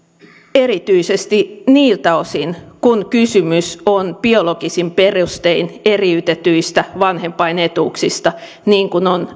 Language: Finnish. erityisesti niiltä osin kun kysymys on biologisin perustein eriytetyistä vanhempainetuuksista niin kuin on